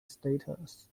status